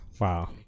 Wow